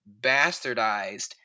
bastardized